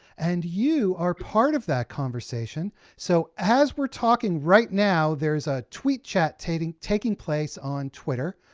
and you are part of that conversation, so as we're talking right now, there's a tweet chat taking taking place on twitter,